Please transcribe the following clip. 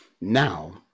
now